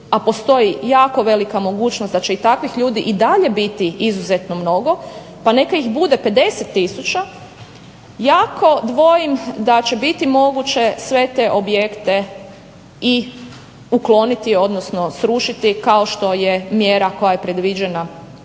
a postoji jako velika mogućnost da će i takvih ljudi i dalje biti izuzetno mnogo, pa neka ih bude 50000 jako dvojim da će biti moguće sve te objekte i ukloniti, odnosno srušiti kao što je mjera koja je predviđena